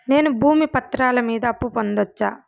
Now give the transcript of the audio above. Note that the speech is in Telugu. నేను భూమి పత్రాల మీద అప్పు పొందొచ్చా?